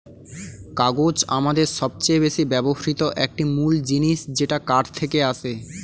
কাগজ আমাদের সবচেয়ে বেশি ব্যবহৃত একটি মূল জিনিস যেটা কাঠ থেকে আসে